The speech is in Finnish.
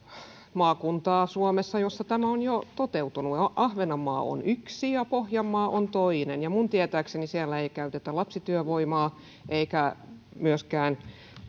maakuntaa suomessa joissa tämä on jo toteutunut ahvenanmaa on yksi ja pohjanmaa on toinen ja minun tietääkseni siellä ei käytetä lapsityövoimaa eikä myöskään